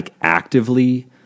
actively